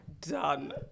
done